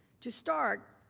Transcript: to start,